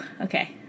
Okay